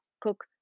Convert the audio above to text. cook